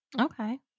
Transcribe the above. Okay